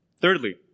thirdly